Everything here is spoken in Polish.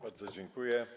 Bardzo dziękuję.